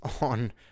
on